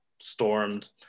stormed